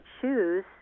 choose